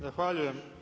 Zahvaljujem.